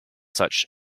such